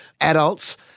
Adults